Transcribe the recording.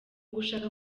gushaka